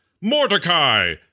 Mordecai